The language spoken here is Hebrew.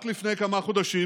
רק לפני כמה חודשים